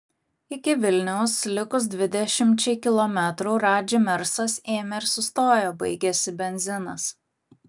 iki vilniaus likus dvidešimčiai kilometrų radži mersas ėmė ir sustojo baigėsi benzinas